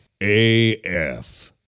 AF